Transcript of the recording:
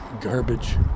garbage